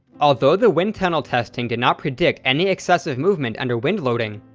although the wind tunnel testing did not predict any excessive movement under wind loading,